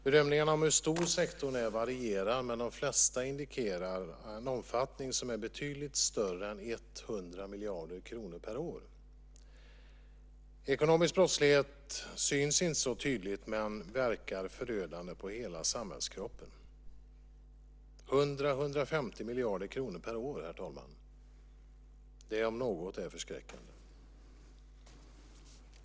Bedömningen av hur stor sektorn är varierar, men de flesta indikerar en omfattning som är betydligt större än 100 miljarder kronor per år. Ekonomisk brottslighet syns inte så tydligt, men verkar förödande på hela samhällskroppen. 100-150 miljarder kronor per år är, om något, förskräckande.